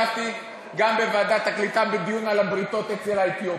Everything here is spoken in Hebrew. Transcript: ישבתי גם בוועדת העלייה והקליטה בדיון על הבריתות אצל האתיופים,